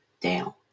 down